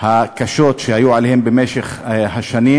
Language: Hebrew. הקשות שהיו עליהן במשך השנים.